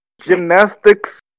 gymnastics